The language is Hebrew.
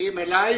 שמגיעים אלי,